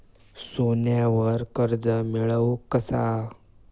सोन्यावर कर्ज मिळवू कसा?